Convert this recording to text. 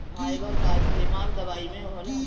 fibre कअ इस्तेमाल दवाई में होला